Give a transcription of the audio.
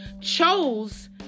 chose